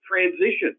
transition